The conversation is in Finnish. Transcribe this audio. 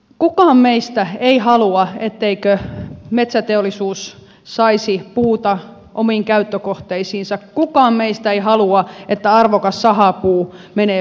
kukaan meistä ei halua ettei metsäteollisuus saisi puuta omiin käyttökohteisiinsa kukaan meistä ei halua että arvokas sahapuu menee polttoon